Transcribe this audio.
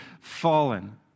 fallen